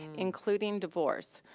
including divorce.